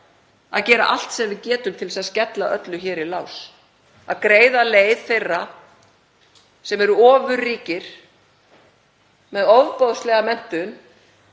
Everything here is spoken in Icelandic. að gera allt sem við getum til að skella öllu hér í lás, að greiða leið þeirra sem eru ofurríkir, með ofboðslega menntun,